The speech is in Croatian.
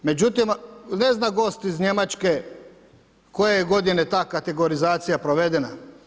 Međutim, ne zna gost iz Njemačke koje je godine ta kategorizacija provedena.